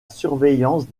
surveillance